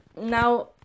Now